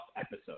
episode